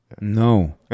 No